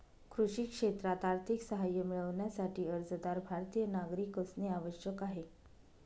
कृषी क्षेत्रात आर्थिक सहाय्य मिळविण्यासाठी, अर्जदार भारतीय नागरिक असणे आवश्यक आहे